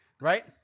right